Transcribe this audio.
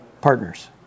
partners